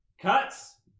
cuts